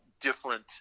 different